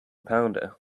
pounder